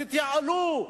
תתייעלו,